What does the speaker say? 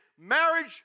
marriage